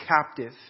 captive